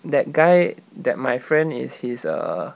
that guy that my friend is his err